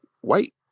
white